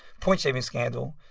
point-shaving scandal.